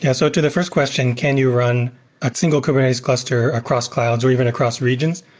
yeah. so to the first question, can you run a single kubernetes cluster across clouds or even across regions?